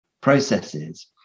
processes